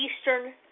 Eastern